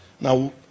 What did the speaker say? now